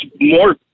more